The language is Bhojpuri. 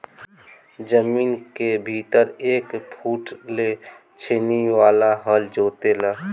जमीन के भीतर एक फुट ले छेनी वाला हल जोते ला